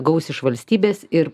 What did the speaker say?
gaus iš valstybės ir